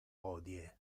hodie